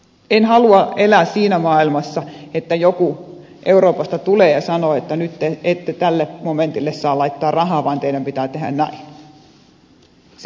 en halua elää siinä maailmassa että joku euroopasta tulee ja sanoo että nyt ette tälle momentille saa laittaa rahaa vaan teidän pitää tehdä näin